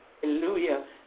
Hallelujah